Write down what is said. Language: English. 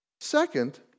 Second